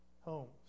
homes